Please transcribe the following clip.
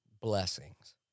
blessings